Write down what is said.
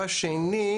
שנית,